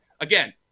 Again